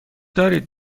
دارید